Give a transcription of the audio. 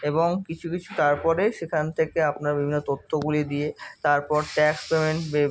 এবং কিছু কিছু তারপরে সেখান থেকে আপনার বিভিন্ন তথ্যগুলি দিয়ে তারপর ট্যাক্স পেমেন্ট বের